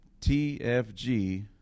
TFG